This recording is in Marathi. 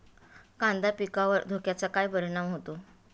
कांदा पिकावर धुक्याचा काय परिणाम होतो?